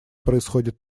происходит